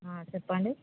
చెప్పండి